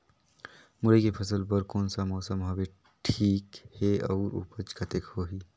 मुरई के फसल बर कोन सा मौसम हवे ठीक हे अउर ऊपज कतेक होही?